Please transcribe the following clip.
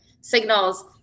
signals